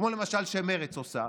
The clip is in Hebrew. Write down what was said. כמו למשל מה שמרצ עושה.